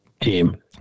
team